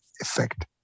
effect